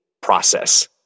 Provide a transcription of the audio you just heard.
process